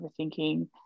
overthinking